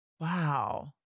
Wow